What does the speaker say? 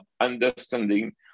understanding